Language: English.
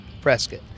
Prescott